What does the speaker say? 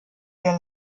der